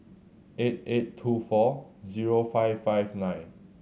eight eight two four zero five five nine